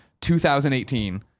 2018